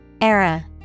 Era